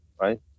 right